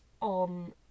on